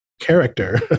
character